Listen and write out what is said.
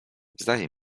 zdaje